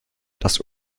das